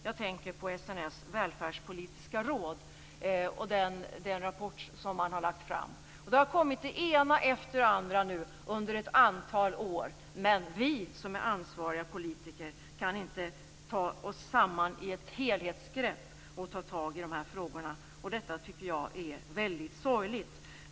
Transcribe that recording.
Jag tänker på SNS välfärdspolitiska råd och den rapport som man har lagt fram. Det ena bidraget efter det andra har kommit fram under ett antal år, men vi som är ansvariga politiker kan inte ta oss samman och ta ett helhetsgrepp när det gäller dessa frågor. Detta tycker jag är väldigt sorgligt.